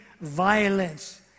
violence